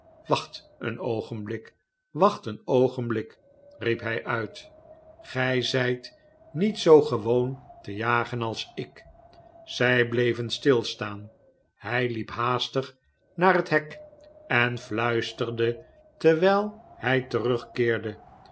wacht een oogenblik wacht een oogenblik riep hi uit gij zijt niet zoo gewoon te jagen als ik zij bleven stilstaan hij liep haastig naar het hek en fluisterde terwijl hij terugkeerde